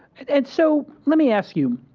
and so let me ask you,